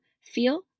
feel